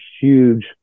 huge